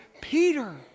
Peter